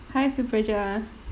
hi suprija